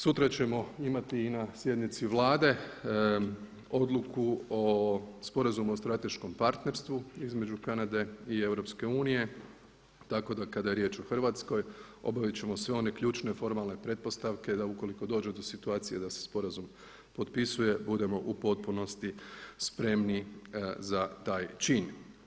Sutra ćemo imati i na sjednici Vlade odluku o sporazumu o strateškom partnerstvu između Kanade i EU, tako da kada je riječ o Hrvatskoj obavit ćemo sve one ključne formalne pretpostavke da ukoliko dođe do situacije da se sporazum potpisuje budemo u potpunosti spremni za taj čin.